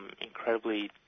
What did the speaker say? incredibly